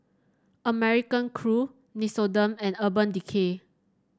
American Crew Nixoderm and Urban Decay